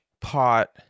pot